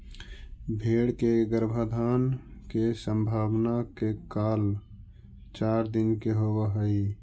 भेंड़ के गर्भाधान के संभावना के काल चार दिन के होवऽ हइ